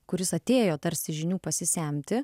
kuris atėjo tarsi žinių pasisemti